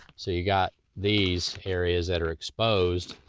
so you got these areas that are exposed.